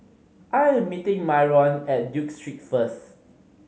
I am meeting Myron at Duke Street first